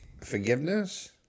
forgiveness